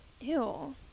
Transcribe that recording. ew